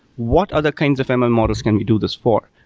what other kinds of and ml models can we do this for?